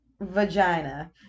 vagina